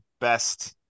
best